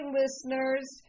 listeners